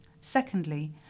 Secondly